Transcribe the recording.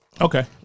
Okay